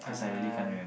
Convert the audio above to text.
um